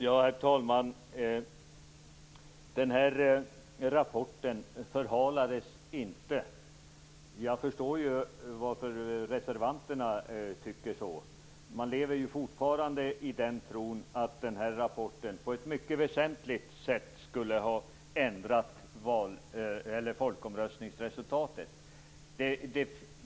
Herr talman! Den här rapporten förhalades inte. Jag förstår varför reservanterna tycker så. Man lever fortfarande i den tron att den här rapporten på ett väsentligt sätt skulle ha ändrat folkomröstningsresultatet.